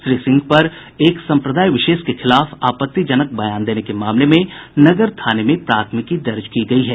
श्री सिंह पर एक सम्प्रदाय विशेष के खिलाफ आपत्तिजनक बयान देने के मामले में नगर थाने में प्राथमिकी दर्ज की गयी है